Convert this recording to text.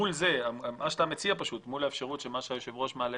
מול מה שאתה מציע יש את האפשרות שהיושב-ראש מעלה